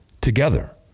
together